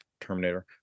Terminator